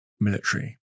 military